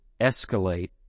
escalate